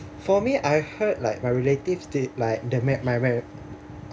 for me I heard like my relatives they like their marriage my marr~